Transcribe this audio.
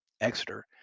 Exeter